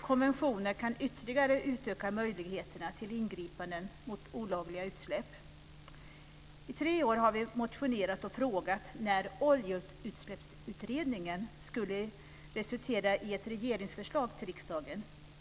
konventioner kan ytterligare utöka möjligheterna till ingripanden mot olagliga utsläpp. I tre år har vi motionerat och frågat när Oljeutsläppsutredningen skulle resultera i ett regeringsförslag till riksdagen.